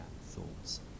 thoughts